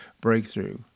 breakthrough